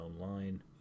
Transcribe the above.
online